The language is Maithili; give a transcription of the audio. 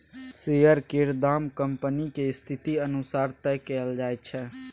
शेयर केर दाम कंपनीक स्थिति अनुसार तय कएल जाइत छै